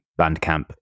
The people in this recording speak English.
Bandcamp